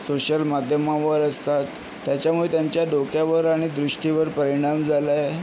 social माध्यमावर असतात त्याच्यामुळे त्यांच्या डोक्यावर आणि दृष्टीवर परिणाम झाला आहे